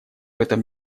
этом